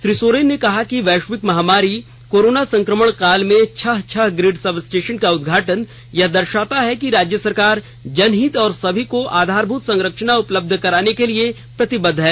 श्री सोरेन ने कहा कि वैश्विक महामारी कोरोना संकमण काल में छह छह ग्रिड सब स्टेशन का उदघाटन यह दर्शाता है कि राज्य सरकार जनहित और समी को आधारभूत संरचना उपलब्ध कराने के लिए राज्य प्रतिबद्ध है